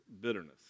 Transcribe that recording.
bitterness